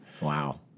wow